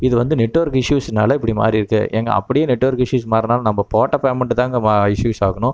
இது வந்து நெட்வொர்க் இஷ்ஷுஸ்னால் இப்படி மாறிருக்கு ஏன்ங்க அப்படியே நெட்வொர்க் இஷ்ஷுஸ் மாறினாலும் நம்ம போட்ட பேமெண்ட்டு தான்ங்க ம இஷ்ஷுஸ் ஆகணும்